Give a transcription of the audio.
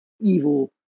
evil